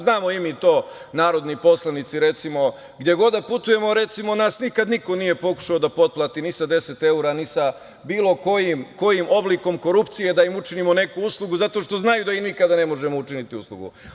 Znamo i mi to, narodni poslanici, recimo, gde god da putujemo, nas niko nikada nije pokušao da potplati ni sa deset evra, ni sa bilo kojim oblikom korupcije, da im učinimo neku uslugu, zato što znaju da im nikada ne možemo učiniti uslugu.